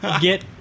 get